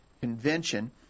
Convention